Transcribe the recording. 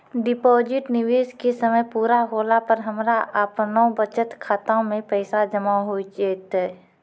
Deposit निवेश के समय पूरा होला पर हमरा आपनौ बचत खाता मे पैसा जमा होय जैतै?